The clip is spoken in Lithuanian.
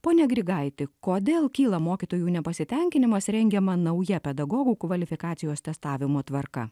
pone grigaiti kodėl kyla mokytojų nepasitenkinimas rengiama nauja pedagogų kvalifikacijos testavimo tvarka